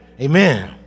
Amen